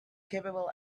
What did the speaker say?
capable